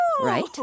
right